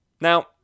Now